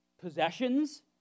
Possessions